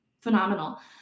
phenomenal